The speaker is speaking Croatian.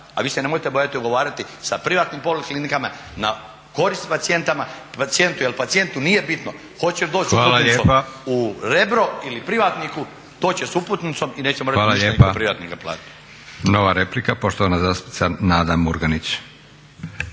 a vi se nemojte bojati ugovarati sa privatnim poliklinikama na korist pacijentu jer pacijentu nije bitno hoće li doći uputnicom u Rebro ili privatniku, doći će s uputnicom i neće morati više ići kod privatnika i platiti.